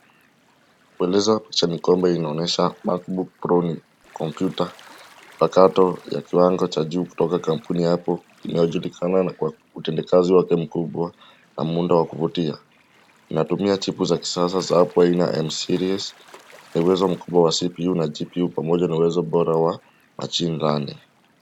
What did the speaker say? Kweleza picha ni kombe ina onyesha MacBook Pro ni kompyuta, mpakato ya kiwango cha juu kutoka kampuni hapo inayo julikana na kwa utendekazi wake mkubwa na muundo wa kupitia. Inatumia chipu za kisasa za hapo na M-Series, ina uwezo mkubwa wa CPU na GPU pamoja na ina uwezo bora wa machine learning .